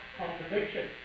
contradiction